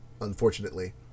unfortunately